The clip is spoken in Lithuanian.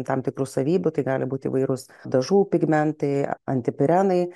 tam tikrų savybių tai gali būti įvairūs dažų pigmentai antipirenai